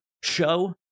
show